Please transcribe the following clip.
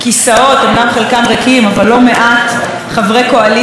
לא מעט חברי קואליציה עם עין אחת לפה,